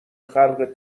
خلق